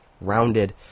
rounded